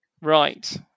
Right